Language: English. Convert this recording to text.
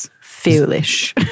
foolish